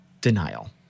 denial